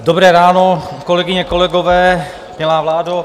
Dobré ráno, kolegyně, kolegové, milá vládo.